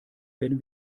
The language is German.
werden